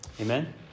Amen